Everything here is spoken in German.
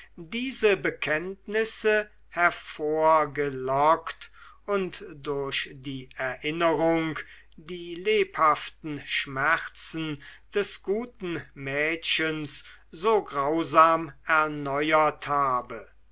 diese bekenntnisse hervorgelockt und durch die erinnerung die lebhaften schmerzen des guten mädchens so grausam erneuert habe